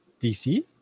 DC